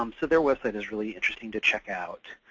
um so their website is really interesting to check out.